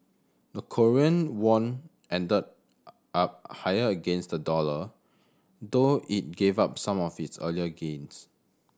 the Korean won ended up higher against the dollar though it give up some of its earlier gains